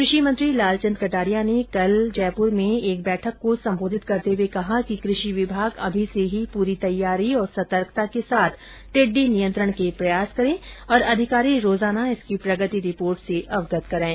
कृषि मंत्री लालचंद कटारिया ने कल एक बैठक को संबोधित करते हुए कहा है कि कृषि विभाग अभी से ही पूरी तैयारी और सतर्कता के साथ टिड्डी नियंत्रण के प्रयास करे और अधिकारी रोजाना इसकी प्रगति रिपोर्ट से अवगत कराएं